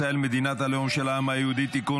ישראל מדינת הלאום של העם היהודי (תיקון,